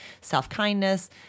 self-kindness